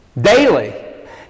Daily